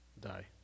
die